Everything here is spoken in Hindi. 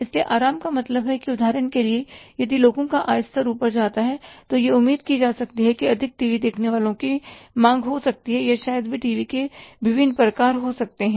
इसलिए आराम का मतलब है कि उदाहरण के लिए यदि लोगों का आय स्तर ऊपर जाता है तो यह उम्मीद की जा सकती है कि अधिक टीवी देखने वालों की मांग हो सकती है या शायद वे टीवी के विभिन्न प्रकार हो सकते हैं